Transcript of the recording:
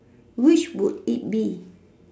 which would it be